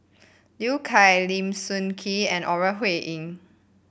Liu Kang Lim Sun Gee and Ore Huiying